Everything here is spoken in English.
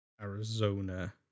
arizona